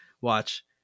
Watch